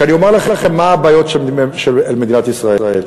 כי אני אומר לכם מה הבעיות של מדינת ישראל.